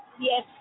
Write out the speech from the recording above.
Yes